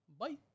Bye